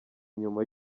nyuma